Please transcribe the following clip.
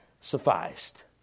sufficed